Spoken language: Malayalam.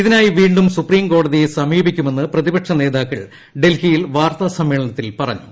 ഇതിനായി വീണ്ടും സുപ്രീംകോടതിയെ സമീപിക്കുമെന്ന് പ്രതിപക്ഷ നേതാക്കൾ ഡൽഹിയിൽ വാർത്താ സമ്മേളനത്തിൽ പറഞ്ഞു